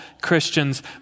Christians